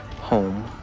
home